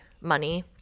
money